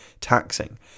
taxing